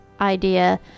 idea